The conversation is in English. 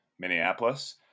Minneapolis